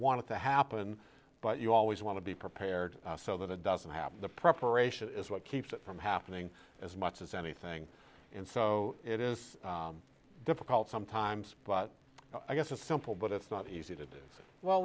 want to happen but you always want to be prepared so that it doesn't happen the preparation is what keeps it from happening as much as anything and so it is difficult sometimes but i guess a simple but it's not easy to do well